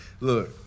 look